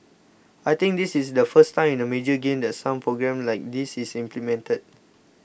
I think this is the first time in a major game that some programme like this is implemented